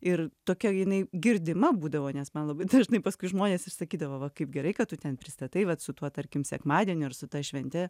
ir tokia jinai girdima būdavo nes man labai dažnai paskui žmonės ir sakydavo va kaip gerai kad tu ten pristatai vat su tuo tarkim sekmadieniu ar su ta švente